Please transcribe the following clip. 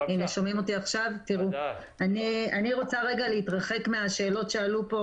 אני רוצה להתרחק מהשאלות שעלו פה,